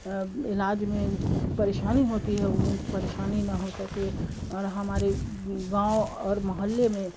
علاج میں اس پریشانی ہوتی ہے وہ پریشانی نہ ہو سکے اور ہمارے گاؤں اور محلے میں